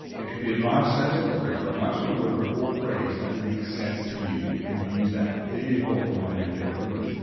it could be a nonsensical phrase but not just a word but a whole phrase that makes sense to you and use that, maybe a quote from one of your favorite movies.